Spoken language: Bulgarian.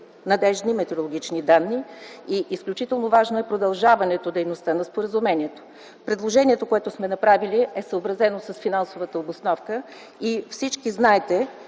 надеждни метеорологични данни и изключително важно е продължаването на срока на споразумението. Предложението, което сме направили, е съобразено с финансовата обосновка. Всички знаете,